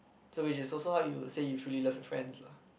so which is also how you say you truly love your friends lah